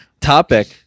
topic